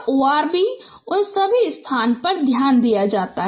इसलिए ओआरबी में उन पर ध्यान दिया जाता है